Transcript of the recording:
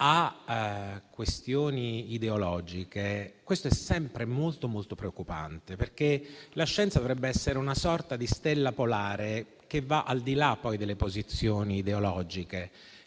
a questioni ideologiche, questo è sempre molto preoccupante, perché la scienza dovrebbe essere una sorta di stella polare che va al di là delle posizioni ideologiche